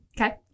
Okay